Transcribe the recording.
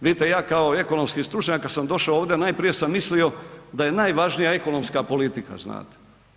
Vidite, ja kao ekonomski stručnjak, kad sam došao ovdje, najprije sam mislio da je najvažnija ekonomska politika, znate.